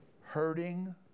Hurting